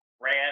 ran